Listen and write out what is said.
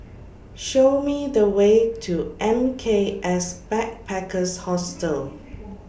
Show Me The Way to M K S Backpackers Hostel